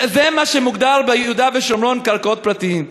זה מה שמוגדר ביהודה ושומרון קרקעות פרטיות.